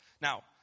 Now